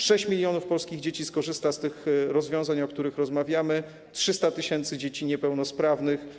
6 mln polskich dzieci skorzysta z tych rozwiązań, o których rozmawiamy, 300 tys. dzieci niepełnosprawnych.